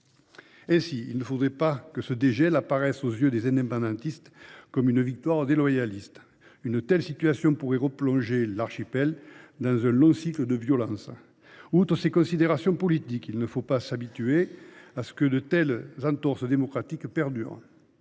Aussi ne faudrait il pas que ce dégel apparaisse, aux yeux des indépendantistes, comme une victoire des loyalistes. Une telle situation pourrait replonger l’archipel dans un long cycle de violence. Outre ces considérations politiques, il ne faut pas s’habituer à ce que de telles entorses démocratiques perdurent.